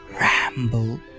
Ramble